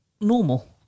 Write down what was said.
normal